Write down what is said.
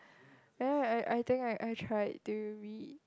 right I I I think I I tried to read